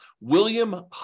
William